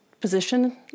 position